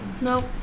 Nope